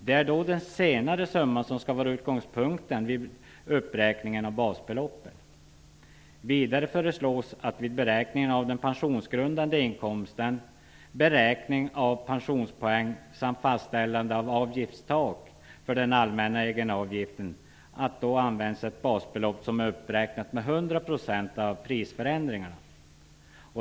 Det är då den senare summan som skall vara utgångspunkten vid uppräkningen av basbeloppet. Vidare föreslås att man vid beräkning av den pensionsgrundande inkomsten, beräkning av pensionspoäng samt fastställande av avgiftstak för den allmänna egenavgiften använder ett basbelopp som är uppräknat med 100 % av prisförändringarna.